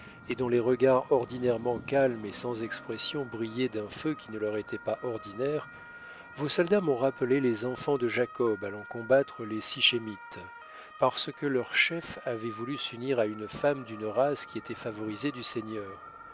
et dont les regards ordinairement calmes et sans expression brillaient d'un feu qui ne leur était pas ordinaire vos soldats m'ont rappelé les enfants de jacob allant combattre les sichemites parce que leur chef avait voulu s'unir à une femme d'une race qui était favorisée du seigneur